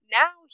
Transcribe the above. now